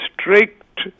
strict